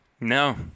no